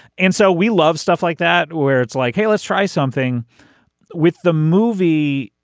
and so we love stuff like that where it's like hey let's try something with the movie.